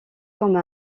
comme